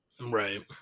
right